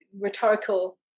rhetorical